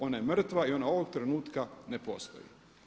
Ona je mrtva i ona ovog trenutka ne postoji.